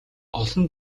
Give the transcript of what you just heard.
олон